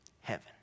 heaven